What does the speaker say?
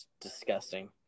disgusting